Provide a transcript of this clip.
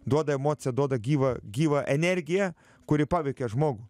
duoda emociją duoda gyvą gyvą energiją kuri paveikia žmogų